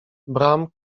bram